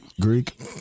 Greek